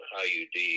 iud